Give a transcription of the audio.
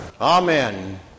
Amen